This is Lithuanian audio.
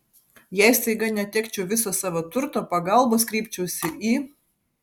jei staiga netekčiau viso savo turto pagalbos kreipčiausi į